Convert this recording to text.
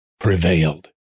prevailed